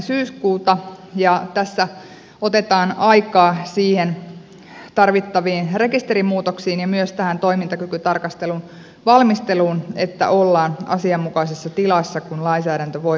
syyskuuta ja tässä otetaan aikaa siihen tarvittaviin rekisterimuutoksiin ja myös tähän toimintakykytarkastelun valmisteluun että ollaan asianmukaisessa tilassa kun lainsäädäntö voimaan astuu